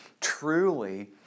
Truly